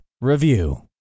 Review